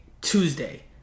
tuesday